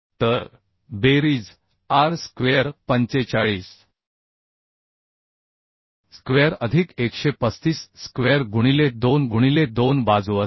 तर बेरीज R square 45 square अधिक 135 स्क्वेअर गुणिले 2 गुणिले 2 बाजू असेल